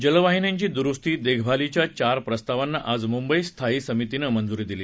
जलवाहिन्यांची दुरुस्ती देखभालीच्या चार प्रस्तावांना आज मुंबई स्थायी समितीनं मंजुरी दिली